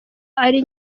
ari